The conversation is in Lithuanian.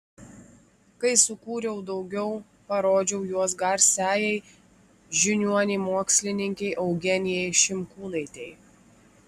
kai sukūriau daugiau parodžiau juos garsiajai žiniuonei mokslininkei eugenijai šimkūnaitei